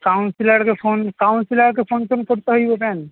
কাউন্সিলারকে phone কাউন্সিলারকে ফোনটোন করতে হইবো ক্যান